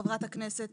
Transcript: חברת הכנסת